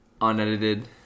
Unedited